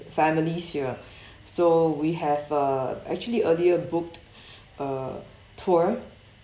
families here so we have uh actually earlier booked a tour